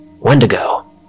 Wendigo